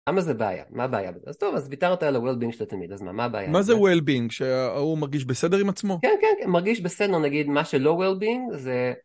למה זה בעיה? מה הבעיה בגלל זה? טוב, אז וויתרת על ה-Wellbeing של תמיד, אז מה הבעיה? מה זה ה-Wellbeing, שהוא מרגיש בסדר עם עצמו? כן, כן, כן, מרגיש בסדר, נגיד, מה שלא-Wellbeing זה...